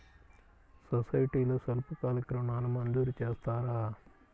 సొసైటీలో స్వల్పకాలిక ఋణాలు మంజూరు చేస్తారా?